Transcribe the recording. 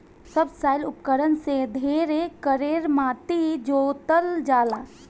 subsoil उपकरण से ढेर कड़ेर माटी जोतल जाला